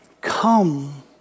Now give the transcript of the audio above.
Come